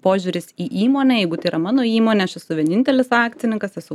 požiūris į įmonę jeigu tai yra mano įmonė aš esu vienintelis akcininkas esu